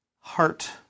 heart